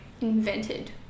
Invented